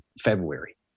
February